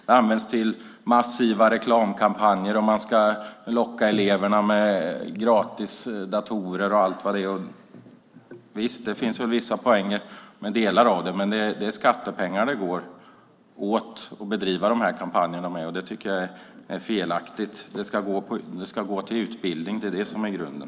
Pengar används till massiva reklamkampanjer. Man ska locka eleverna med gratis datorer och allt vad det är. Visst, det finns väl vissa poänger med delar av det, men det är skattepengar som går till att bedriva de här kampanjerna. Det tycker jag är felaktigt. Pengarna ska gå till utbildning; det är det som är grunden.